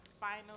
final